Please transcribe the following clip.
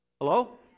Hello